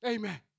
Amen